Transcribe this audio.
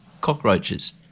cockroaches